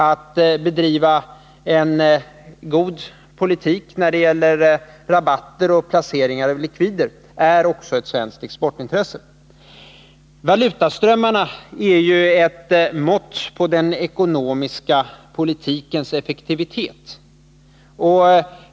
Att bedriva en god politik när det gäller rabatter och placeringar av likvider är också ett svenskt exportintresse. Valutaströmmarna är ju ett mått på den ekonomiska politikens effektivitet.